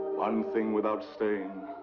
one thing without stain.